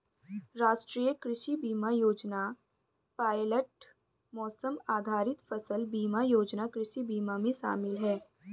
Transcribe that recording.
राष्ट्रीय कृषि बीमा योजना पायलट मौसम आधारित फसल बीमा योजना कृषि बीमा में शामिल है